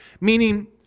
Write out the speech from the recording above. meaning